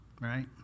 right